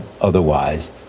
otherwise